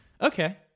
Okay